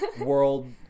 World